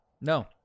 No